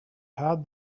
had